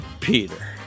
Peter